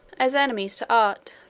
as enemies to art,